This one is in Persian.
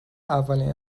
اولین